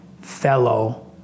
fellow